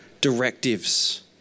directives